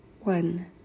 one